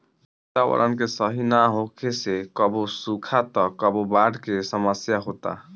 वातावरण के सही ना होखे से कबो सुखा त कबो बाढ़ के समस्या होता